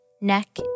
neck